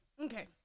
Okay